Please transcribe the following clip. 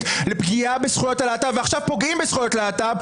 לפגיעה בזכויות הלהט"ב ועכשיו פוגעים בזכויות להט"ב,